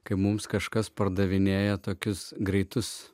kai mums kažkas pardavinėja tokius greitus